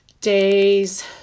Days